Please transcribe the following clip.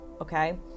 Okay